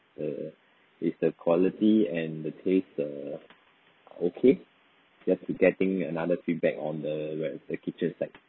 err is the quality and the taste err okay just getting another feedback on the well the kitchen side